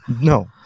no